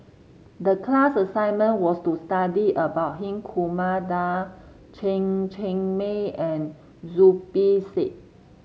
the class assignment was to study about Hri Kumar Nair Chen Cheng Mei and Zubir Said